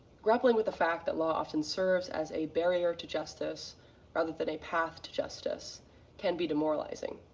grappling with the fact that law often serves as a barrier to justice rather than a path to justice can be demoralizing,